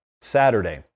Saturday